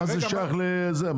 מה זה שייך לזה?